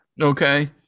okay